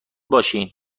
باشین